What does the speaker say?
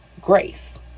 grace